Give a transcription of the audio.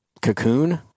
cocoon